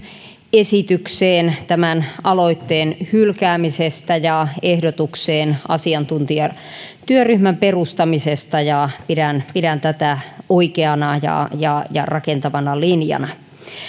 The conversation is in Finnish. esitykseen tämän aloitteen hylkäämisestä ja ehdotukseen asiantuntijatyöryhmän perustamisesta pidän pidän tätä oikeana ja ja rakentavana linjana